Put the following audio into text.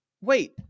wait